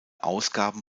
ausgaben